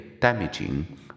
damaging